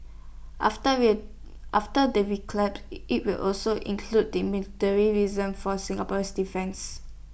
after wear after the IT will also include the military reason for Singapore's defence